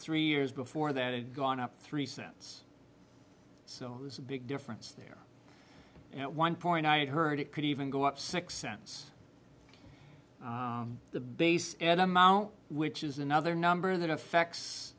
three years before that had gone up three cents so it was a big difference there at one point i had heard it could even go up six cents the bass and amount which is another number that affects